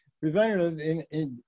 preventative